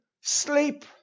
sleep